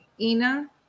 Ina